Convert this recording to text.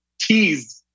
teased